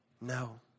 No